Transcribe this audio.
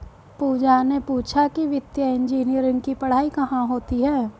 पूजा ने पूछा कि वित्तीय इंजीनियरिंग की पढ़ाई कहाँ होती है?